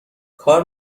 کار